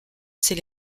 ses